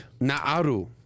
Na'aru